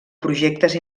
projectes